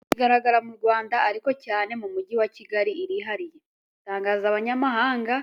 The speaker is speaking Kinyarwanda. Isuku igaragara mu Rwanda ariko cyane mu Mujyi wa Kigali irihariye, itangaza abanyamahanga,